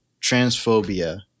transphobia